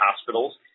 hospitals